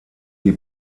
die